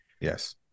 Yes